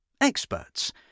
experts